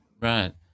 Right